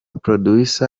producer